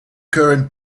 current